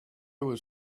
was